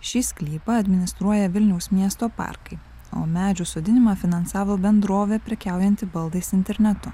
šį sklypą administruoja vilniaus miesto parkai o medžių sodinimą finansavo bendrovė prekiaujanti baldais internetu